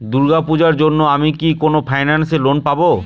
দূর্গা পূজোর জন্য আমি কি কোন ফাইন্যান্স এ লোন পাবো?